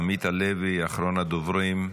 עמית הלוי, אחרון הדוברים,